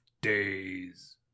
days